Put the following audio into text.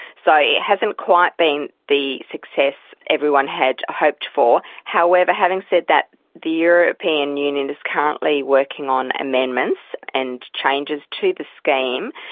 so it hasn't quite been the success everyone had hoped for. however, having said that, the european union is currently working on amendments and changes to the scheme.